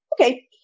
Okay